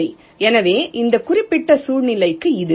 சரி எனவே இந்த குறிப்பிட்ட சூழ்நிலைக்கு இது